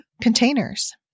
containers